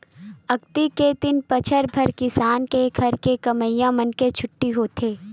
अक्ती के दिन बछर भर किसान के घर के कमइया मन के छुट्टी होथे